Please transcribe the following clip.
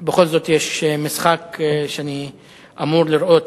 בכל זאת יש משחק שאני אמור לראות,